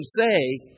say